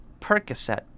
Percocet